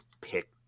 pick